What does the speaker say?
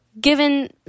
given